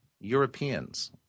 Europeans